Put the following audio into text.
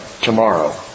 tomorrow